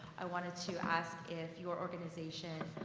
i wanted to ask if your organization,